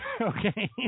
Okay